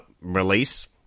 release